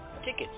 Tickets